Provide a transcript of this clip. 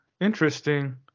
Interesting